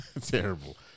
Terrible